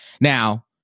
Now